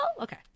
okay